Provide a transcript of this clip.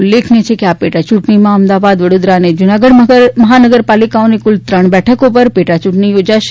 ઉલ્લેખનીય છે કે આ પેટા ચૂંટણીમાં અમદવાદ વડોદરા અને જૂનાગઢ મહાનગરપાલિકાઓની કુલ ત્રણ બેઠકો પર પેટા ચૂંટણી થોજાશે